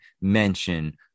mention